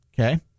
Okay